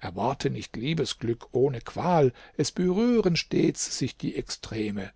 erwarte nicht liebesglück ohne qual es berühren stets sich die extreme